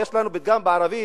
ויש לנו פתגם בערבית,